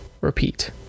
Repeat